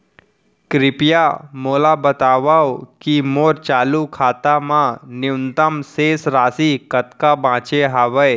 कृपया मोला बतावव की मोर चालू खाता मा न्यूनतम शेष राशि कतका बाचे हवे